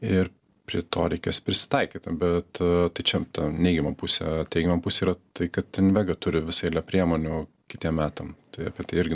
ir prie to reikės prisitaikyti bet tai čia ta neigiama pusė teigiama pusė yra tai kad invega turi visą eilę priemonių kitiem metam tai apie tai irgi